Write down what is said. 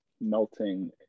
melting